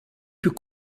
più